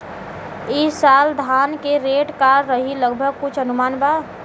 ई साल धान के रेट का रही लगभग कुछ अनुमान बा?